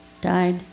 died